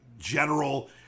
general